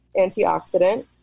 antioxidant